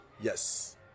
Yes